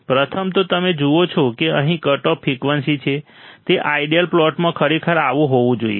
પ્રથમ તો તમે જુઓ છો કે અહીં કટ ઓફ ફ્રિકવન્સી છે તે આઈડિઅલ પ્લોટમાં ખરેખર આવું હોવું જોઈએ